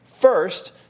First